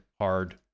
hard